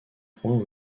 points